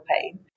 pain